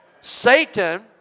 Satan